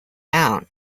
out